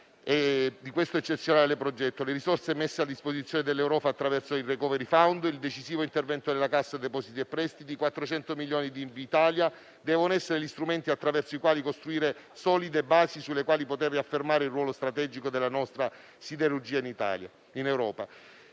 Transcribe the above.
di questo eccezionale progetto. Le risorse messe a disposizione dell'Europa attraverso il *recovery fund,* il decisivo intervento della Cassa depositi e prestiti e i 400 milioni di euro di Invitalia devono essere gli strumenti attraverso i quali costruire solide basi, sulle quali poter riaffermare il ruolo strategico della nostra siderurgia in Italia